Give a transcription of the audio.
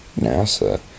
nasa